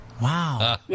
wow